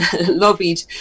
lobbied